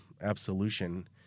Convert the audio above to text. Absolution